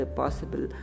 possible